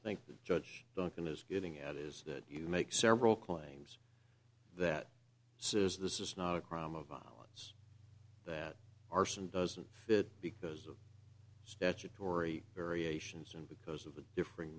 think the judge don't think is getting at is that you make several claims that says this is not a crime of violence that arson doesn't fit because of statutory variations and because of the differ